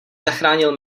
zachránil